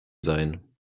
sein